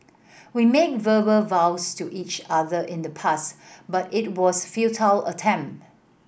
we made verbal vows to each other in the past but it was futile attempt